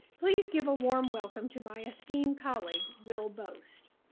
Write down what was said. please give a warm welcome to my esteemed colleague, will boast.